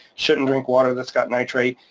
shouldn't drink water that's got nitrate.